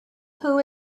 who